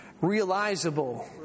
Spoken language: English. realizable